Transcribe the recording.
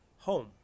home